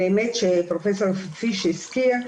שפרופ' פיש הזכיר,